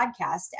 podcast